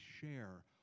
share